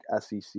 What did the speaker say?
SEC